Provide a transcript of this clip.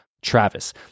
Travis